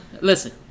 Listen